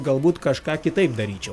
galbūt kažką kitaip daryčiau